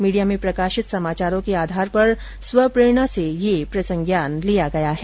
media में प्रकाशित समाचारों के आधार पर स्वप्रेरणा से प्रसंज्ञान लिया गया है